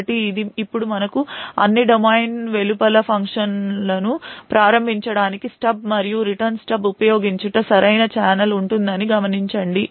కాబట్టి ఇప్పుడు మనకు అన్ని డొమైన్ వెలుపల ఫంక్షన్లను ప్రారంభించడానికి స్టబ్ మరియు రిటర్న్ స్టెబ్ ఉపయోగించుట కు సరైన ఛానెల్ ఉంటుందని గమనించండి